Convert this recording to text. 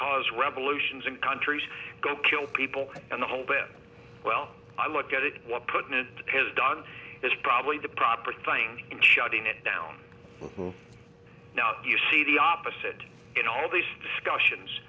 cause revolutions in countries go kill people and the whole bit well i look at it what put it has done is probably the proper thing in shutting it down now you see the opposite in all these discussions